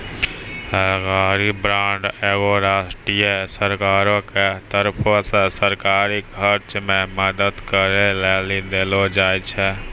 सरकारी बांड एगो राष्ट्रीय सरकारो के तरफो से सरकारी खर्च मे मदद करै लेली देलो जाय छै